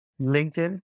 LinkedIn